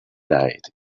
diet